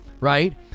right